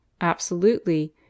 Absolutely